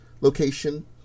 location